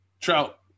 Trout